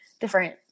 different